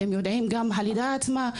והן יודעות גם לגבי הלידה עצמה.